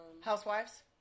Housewives